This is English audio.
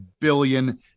billion